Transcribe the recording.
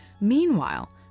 Meanwhile